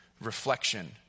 reflection